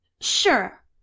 Sure